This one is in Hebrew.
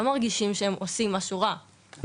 לא מרגישים שהם עושים משהו רע,